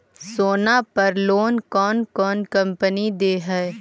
सोना पर लोन कौन कौन कंपनी दे है?